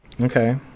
okay